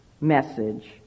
message